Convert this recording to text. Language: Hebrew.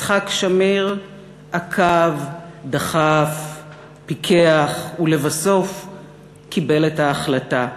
יצחק שמיר עקב, דחף, פיקח, ולבסוף קיבל את ההחלטה.